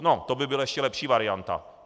No, to by byla ještě lepší varianta.